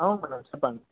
అవును మేడం చెప్పండి